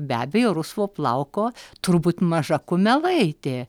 be abejo rusvo plauko turbūt maža kumelaitė